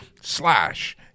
slash